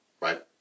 right